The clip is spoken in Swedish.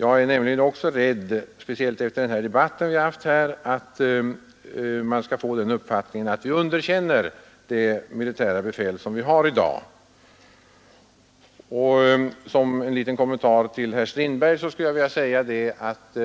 Jag är nämligen också rädd, speciellt efter den debatt vi haft här, att man skall få den uppfattningen att vi underkänner det militära befäl som vi har i dag. Som en liten kommentar till herr Strindbergs anförande skulle jag vilja säga att